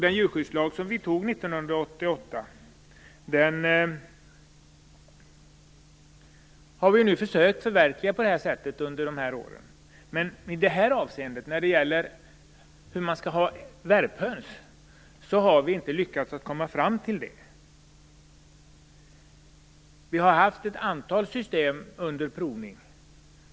Den djurskyddslag vi antog 1988, har vi försökt förverkliga på det här sättet under dessa år. Men vi har inte lyckats komma fram till hur vi skall ha det med värphöns. Vi har haft ett antal system under utprovning.